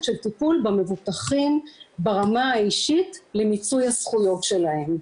של טיפול במבוטחים ברמה האישית למיצוי הזכויות שלהם.